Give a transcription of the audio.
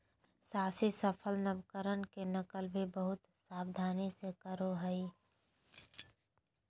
साहसी सफल नवकरण के नकल भी बहुत सावधानी से करो हइ